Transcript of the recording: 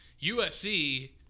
USC